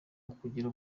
ukugira